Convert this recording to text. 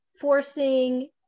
forcing